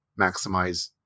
Maximize